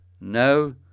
No